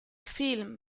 film